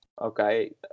okay